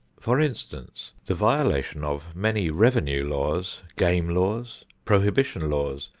for instance, the violations of many revenue laws, game laws, prohibition laws,